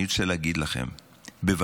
אני רוצה להגיד לכם בוודאות: